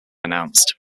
announced